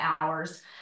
hours